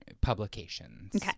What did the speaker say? publications